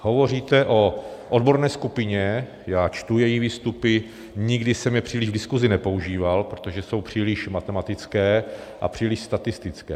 Hovoříte o odborné skupině, já čtu její výstupy, nikdy jsem je příliš v diskuzi nepoužíval, protože jsou příliš matematické a příliš statistické.